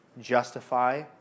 justify